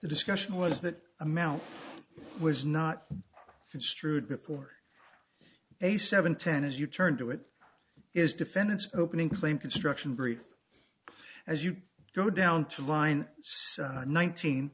the discussion was that amount was not construed before a seven ten as you turned to it is defendant's opening claim construction brief as you go down to line nineteen